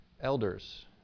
elders